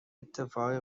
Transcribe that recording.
اتفاقی